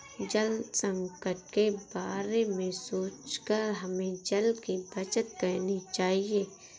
जल संकट के बारे में सोचकर हमें जल की बचत करनी चाहिए